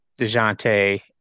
DeJounte